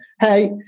hey